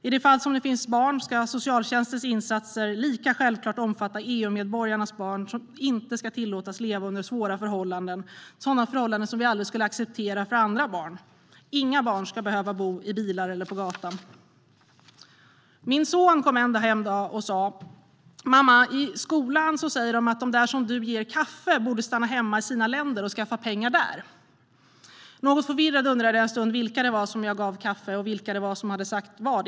I de fall det finns barn ska socialtjänstens insatser lika självklart omfatta EU-medborgarnas barn, som inte ska tillåtas leva under svåra förhållanden som vi aldrig skulle acceptera för andra barn. Inga barn ska behöva bo i bilar eller på gatan. Min son kom hem en dag och sa: - Mamma, i skolan säger de att de där som du ger kaffe borde stanna hemma i sina länder och skaffa pengar där. Något förvirrad undrade jag vilka det var som jag gav kaffe och vilka som egentligen hade sagt vad.